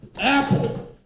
Apple